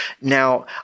Now